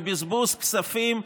עם בזבוז כספים,